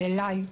ואליי,